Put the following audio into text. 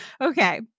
okay